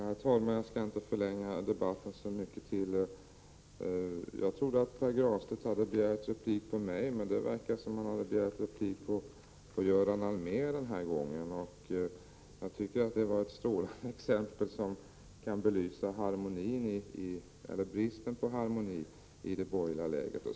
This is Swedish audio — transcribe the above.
Herr talman! Jag skall inte förlänga debatten så mycket mer. Jag trodde att Pär Granstedt hade begärt replik på mitt anförande, men det verkade som om han denna gång hade begärt replik mot Göran Allmér. Det var ett strålande exempel, som belyser bristen på harmoni i det borgerliga lägret.